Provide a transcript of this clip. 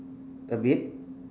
a bit